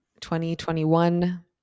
2021